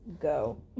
go